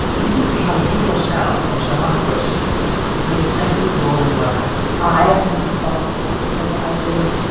you can see how you, yourself, or some other person played a central role in what happened i am responsible because i didn't